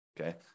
Okay